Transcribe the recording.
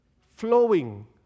flowing